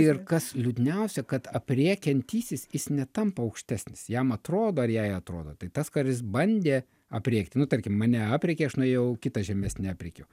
ir kas liūdniausia kad aprėkiantysis jis netampa aukštesnis jam atrodo ar jai atrodo tai tas kuris bandė aprėkti nu tarkim mane aprėkė aš nuėjau kitą žemesnį aprėkiau